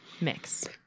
mix